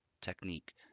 technique